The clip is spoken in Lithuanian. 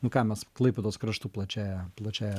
ką mes klaipėdos kraštu plačiąja plačiąja